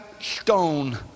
stone